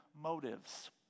motives